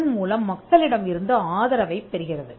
இதன் மூலம் மக்களிடம் இருந்து ஆதரவைப் பெறுகிறது